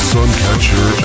Suncatcher